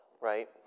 right